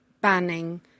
banning